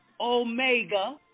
Omega